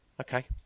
Okay